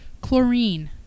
Chlorine